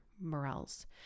morels